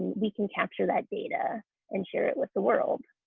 we can capture that data and share it with the world.